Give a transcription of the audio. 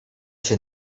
się